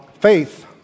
faith